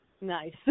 Nice